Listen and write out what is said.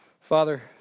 Father